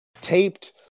taped